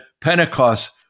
Pentecost